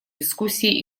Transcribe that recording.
дискуссии